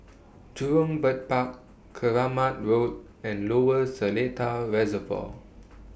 Jurong Bird Park Keramat Road and Lower Seletar Reservoir